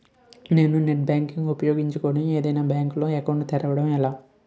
నేను net banking ను ఉపయోగించుకుని ఏదైనా బ్యాంక్ లో అకౌంట్ తెరవడం ఎలా?